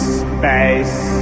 space